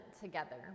together